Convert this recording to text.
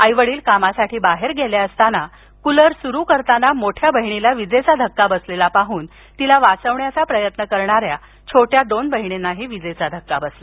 आई वडील कामासाठी बाहेर गेले असता कूलर सुरू करताना मोठ्या बहिणीला विजेचा धक्का बसलेला पाहून तिला वाचवण्याचा प्रयत्न करणाऱ्या छोट्या दोन बहिणींनाही विजेचा धक्का बसला